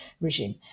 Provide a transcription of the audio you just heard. regime